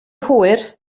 hwyr